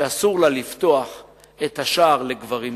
שאסור לה לפתוח את השער לגברים זרים.